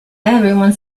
everyone